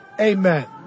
Amen